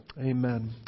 Amen